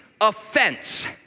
offense